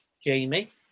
Jamie